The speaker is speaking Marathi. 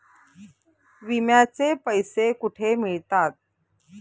विम्याचे पैसे कुठे मिळतात?